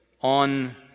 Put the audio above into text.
on